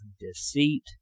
deceit